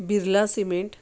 Birla cement